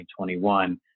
2021